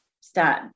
start